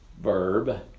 verb